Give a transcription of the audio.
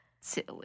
Silly